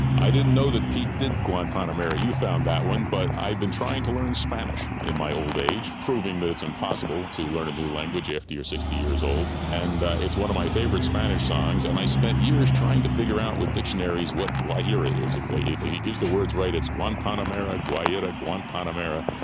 i didn't know that pete did guantanamera, you found that one, but i've been trying to learn spanish in my old age, proving that it's impossible to learn a new language after you're sixty years old, and is one of my favourite spanish songs, and i spent years trying to figure out with dictionaries what guajira is. if he gives the words right, it's guantanamera! guajira! guantanamera!